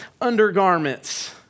undergarments